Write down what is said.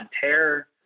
terror